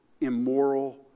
immoral